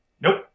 nope